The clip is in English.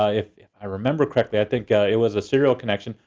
ah if i remember correctly, i think it was a serial connection,